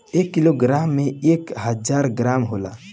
एक किलोग्राम में एक हजार ग्राम होला